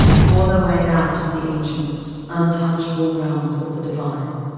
tore their way out of the ancient, untouchable realms of the divine.